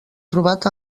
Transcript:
trobat